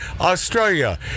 Australia